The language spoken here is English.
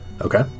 okay